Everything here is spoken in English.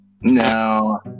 No